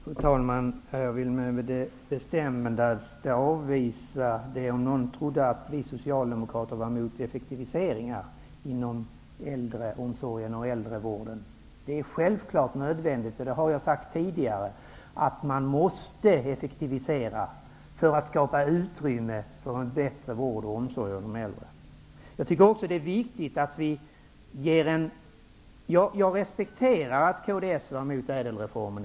Fru talman! Jag vill med det bestämdaste avvisa att vi socialdemokrater skulle vara emot effektiviseringar inom äldreomsorgen och äldrevården, om nu någon trodde det. Det är, det har jag påpekat tidigare, självfallet nödvändigt att genomföra effektiviseringar för att skapa utrymme för en bättre vård och omsorg för de äldre. Jag respekterar att kds var emot ÄDEL-reformen.